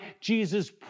Jesus